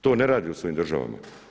To ne radi u svojim državama.